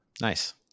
Nice